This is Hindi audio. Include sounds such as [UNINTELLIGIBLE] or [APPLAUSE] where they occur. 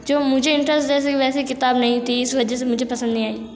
जो मुझे इंटरेस्ट [UNINTELLIGIBLE] वैसी किताब नहीं थी इस वजह से मुझे पसंद नहीं आई